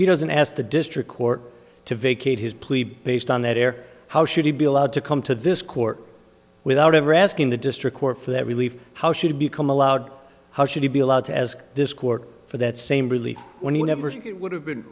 he doesn't ask the district court to vacate his plea based on that air how should he be allowed to come to this court without ever asking the district court for that relief how should become allowed how should he be allowed to ask this court for that same belief when you never think it would have been